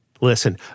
Listen